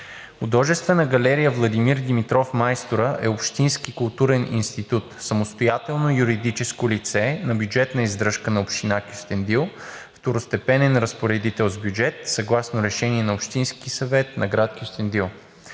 Художествена галерия „Владимир Димитров – Майстора“ е общински културен институт и самостоятелно юридическо лице на бюджетна издръжка на община Кюстендил – второстепенен разпоредител с бюджет съгласно решение на Общинския съвет на град Кюстендил.